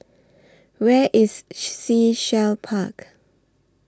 Where IS Sea Shell Park